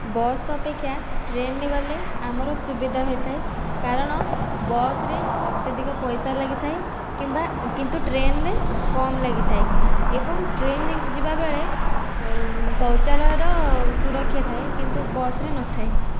bus ଅପେକ୍ଷା ଟ୍ରେନ୍ରେ ଗଲେ ଆମର ସୁବିଧା ହୋଇଥାଏ କାରଣ ବସ୍ରେ ଅତ୍ୟଧିକ ପଇସା ଲାଗିଥାଏ କିମ୍ବା କିନ୍ତୁ ଟ୍ରେନ୍ରେ କମ୍ ଲାଗିଥାଏ ଏବଂ ଟ୍ରେନ୍ରେ ଯିବାବେଳେ ଶୌଚାଳୟର ସୁରକ୍ଷା ଥାଏ କିନ୍ତୁ ବସ୍ରେ ନଥାଏ